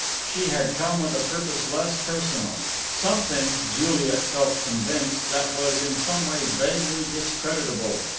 she had come with a purpose less personal something, juliet felt convinced, that was in some way vaguely discreditable,